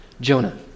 Jonah